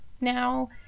now